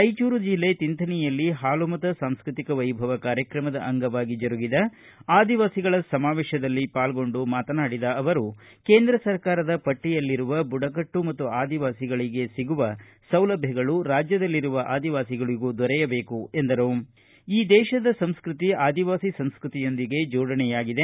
ರಾಯಚೂರು ಜಿಲ್ಲೆ ತಿಂಥಣಿಯಲ್ಲಿ ಹಾಲುಮತ ಸಾಂಸ್ಕೃತಿಕ ವೈಭವ ಕಾರ್ಯಕ್ರಮದ ಅಂಗವಾಗಿ ಜರುಗಿದ ಆದಿವಾಸಿಗಳ ಸಮಾವೇಶದಲ್ಲಿ ಪಾಲ್ಗೊಂಡು ಮಾತನಾಡಿದ ಆವರು ಕೇಂದ್ರ ಸರ್ಕಾರದ ಪಟ್ಟಯಲ್ಲಿರುವ ಬುಡಕಟ್ಟು ಮತ್ತು ಆದಿವಾಸಿಗಳಿಗೆ ಸಿಗುವ ಸೌಲಭ್ಯ ರಾಜ್ಯದಲ್ಲಿರುವ ಆದಿವಾಸಿಗಳಿಗೂ ದೊರೆಯಬೇಕು ಎಂದರು ಈ ದೇಶದ ಸಂಸ್ಕೃತಿ ಆದಿವಾಸಿ ಸಂಸ್ಕೃತಿಯೊಂದಿಗೆ ಜೋಡಣೆಯಾಗಿದೆ